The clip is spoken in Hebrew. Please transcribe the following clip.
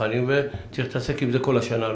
צריך להתעסק עם זה כל השנה,